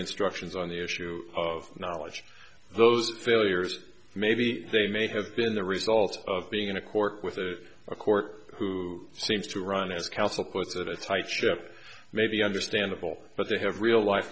instructions on the issue of knowledge those failures maybe they may have been the result of being in a court with it a court who seems to run as counsel puts it a tight ship may be understandable but they have real life